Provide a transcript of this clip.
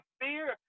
fear